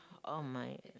oh my